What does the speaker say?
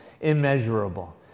Immeasurable